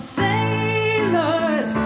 sailors